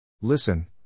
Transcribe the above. Listen